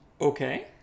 Okay